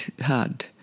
hard